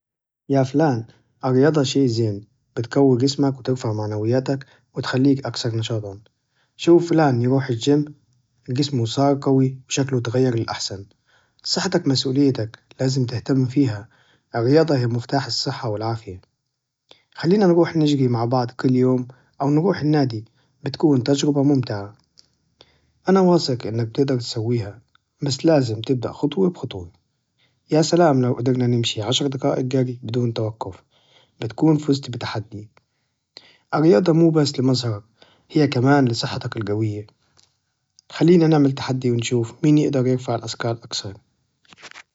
يا فلان الرياضة شي زين بتقوي جسمك وترفع معناوياتك وتخليك أكثر نشاطا، شوف فلان يروح الجيم جسمه صار قوي وشكله تغير للأحسن صحتك مسؤوليتك لازم تهتم فيها، الرياضة هي مفتاح الصحة والعافية، خلينا نروح نجري مع بعض كل يوم أو نروح النادي بتكون تجربة ممتعة أنا واثق إنك بتقدر تسويها بس لازم تبقى خطوة بخطوة، يا سلام لو قدرنا نمشي عشر دقائق جري بدون توقف، بتكون فزت بتحدي، الرياضة مو بس لمزهرك! هي كمان لصحتك القوية، خلينا نعمل تحدي ونشوف مين يقدر يرفع الأثقال أكثر؟